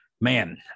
man